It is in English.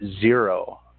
zero